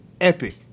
epic